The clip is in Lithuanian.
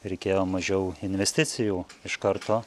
reikėjo mažiau investicijų iš karto